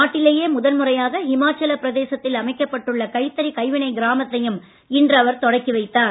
நாட்டிலேயே முதன்முறையாக ஹிமாச்சலப் பிரதேசத்தில் அமைக்கப்பட்டுள்ள கைத்தறி கைவினை கிராமத்தையும் இன்று அவர் தொடக்கி வைத்தார்